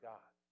God